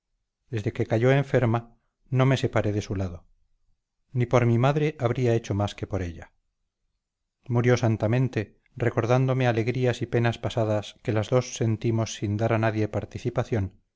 desde que cayó enferma no me separé de su lado ni por mi madre habría hecho más que por ella murió santamente recordándome alegrías y penas pasadas que las dos sentimos sin dar a nadie participación